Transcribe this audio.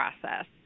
process